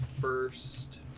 first